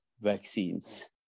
vaccines